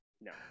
No